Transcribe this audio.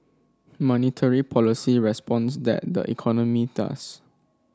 monetary policy responds that the economy does